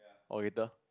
oh later